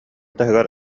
таһыгар